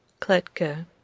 Kletka